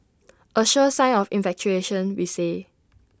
A sure sign of infatuation we say